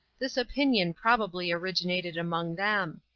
this opinion probably originated among them.